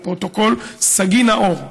לפרוטוקול, סגי נהור,